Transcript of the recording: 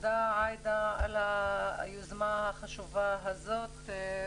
תודה עאידה על היוזמה החשובה הזאת.